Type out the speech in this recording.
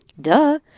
Duh